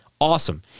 awesome